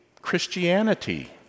Christianity